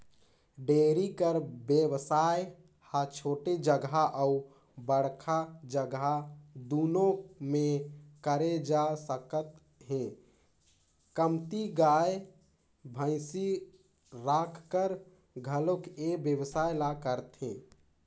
dairy कर बेवसाय ह छोटे जघा अउ बड़का जघा दूनो म करे जा सकत हे, कमती गाय, भइसी राखकर घलोक ए बेवसाय ल करथे